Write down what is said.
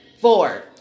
Four